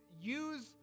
use